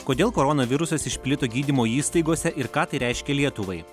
kodėl koronavirusas išplito gydymo įstaigose ir ką tai reiškia lietuvai